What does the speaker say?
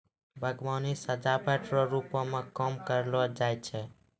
बागवानी सजाबट रो रुप मे काम करलो जाय छै